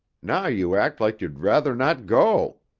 now you act like you'd rather not go.